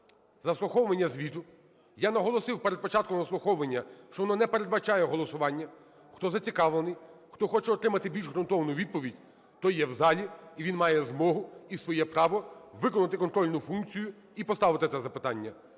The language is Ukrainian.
заслуховування звіту. Я наголосив перед початком заслуховування, що воно не передбачає голосування. Хто зацікавлений, хто хоче отримати більш ґрунтовну відповідь, той є в залі, і він має змогу і своє право виконати контрольну функцію і поставити це запитання.